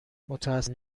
متاسفم